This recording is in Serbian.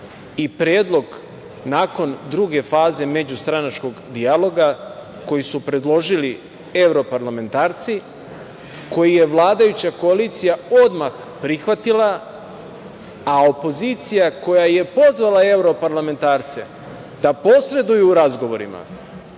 i predlog nakon druge faze međustranačkog dijaloga koji su predložili evroparlamentarci koji je vladajuća koalicija odmah prihvatila, a opozicija koja je pozvala evroparlamentarce da posreduju razgovorima